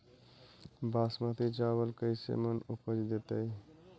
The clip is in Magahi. बासमती चावल कैसे मन उपज देतै?